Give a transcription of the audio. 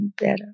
better